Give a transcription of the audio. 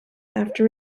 after